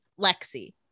Lexi